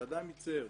שאדם יצר,